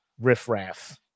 riffraff